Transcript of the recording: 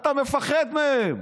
אתה מפחד מהם.